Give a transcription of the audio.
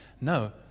No